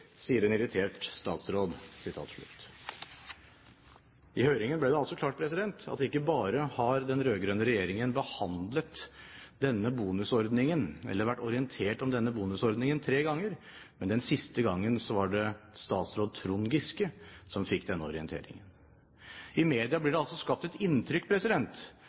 I høringen ble det altså klart at ikke bare har den rød-grønne regjeringen vært orientert om denne bonusordningen tre ganger, men den siste gangen var det statsråd Trond Giske som fikk denne orienteringen. I media blir det altså skapt et inntrykk